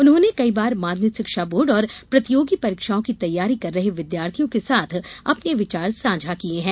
उन्होंने कई बार माध्यमिक शिक्षा बोर्ड और प्रतियोगी परीक्षाओं की तैयारी कर रहे विद्यार्थियों के साथ अपने विचार साझा किये हैं